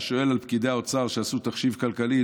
אתה שואל על פקידי האוצר שעשו תחשיב כלכלי,